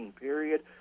period